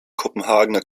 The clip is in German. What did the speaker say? kopenhagener